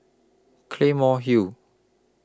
Claymore Hill